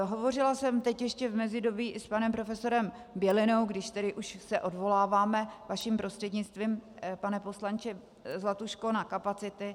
Hovořila jsem teď ještě v mezidobí s panem profesorem Bělinou, když tedy už se odvoláváme vaším prostřednictvím, pane poslanče Zlatuško, na kapacity.